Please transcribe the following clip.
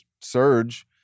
surge